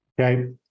Okay